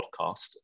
podcast